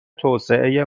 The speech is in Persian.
توسعه